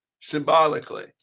symbolically